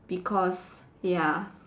because ya